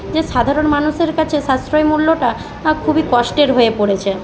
যে সাধারণ মানুষের কাছে সাশ্রয়ী মূল্যটা খুবই কষ্টের হয়ে পড়েছে